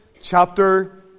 chapter